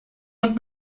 und